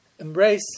Embrace